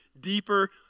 deeper